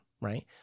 right